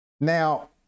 Now